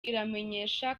iramenyesha